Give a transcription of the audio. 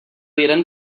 jeden